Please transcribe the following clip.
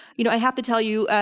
you know, i have to tell you,